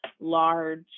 large